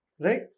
Right